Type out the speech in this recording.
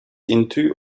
into